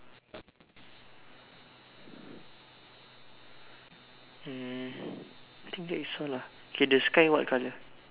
hmm I think that is all lah okay the sky what colour